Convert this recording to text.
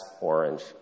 orange